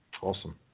Awesome